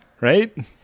right